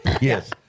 Yes